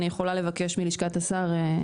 אני יכולה לבקש מלשכת השר לענות.